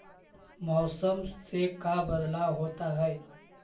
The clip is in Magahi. मौसम से का बदलाव होता है?